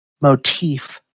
motif